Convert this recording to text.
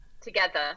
together